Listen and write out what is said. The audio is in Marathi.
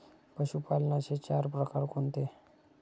पशुपालनाचे चार प्रकार कोणते?